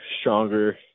stronger